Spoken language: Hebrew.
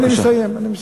אני מסיים.